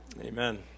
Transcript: Amen